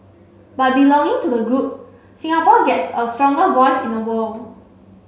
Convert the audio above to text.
by belonging to the group Singapore gets a stronger voice in the world